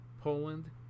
Poland